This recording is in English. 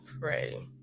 pray